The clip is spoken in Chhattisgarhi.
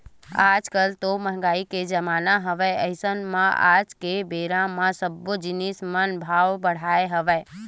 आज कल तो मंहगाई के जमाना हवय अइसे म आज के बेरा म सब्बो जिनिस मन के भाव बड़हे हवय